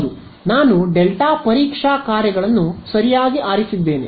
ಹೌದು ನಾನು ಡೆಲ್ಟಾ ಪರೀಕ್ಷಾ ಕಾರ್ಯಗಳನ್ನು ಸರಿಯಾಗಿ ಆರಿಸಿದ್ದೇನೆ